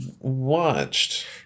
watched